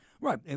Right